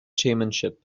chairmanship